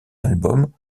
album